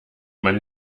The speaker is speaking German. man